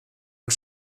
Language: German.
und